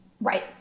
Right